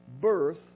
birth